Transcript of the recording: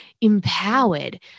empowered